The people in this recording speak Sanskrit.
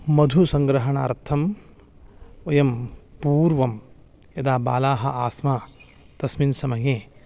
मधुसग्रहणार्थं वयं पूर्वं यदा बालाः आस्म तस्मिन् समये